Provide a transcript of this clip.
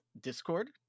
Discord